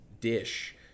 dish